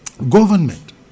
Government